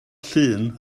llun